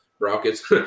Rockets